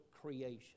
creation